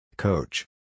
Coach